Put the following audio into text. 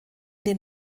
den